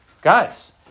guys